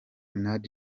minaj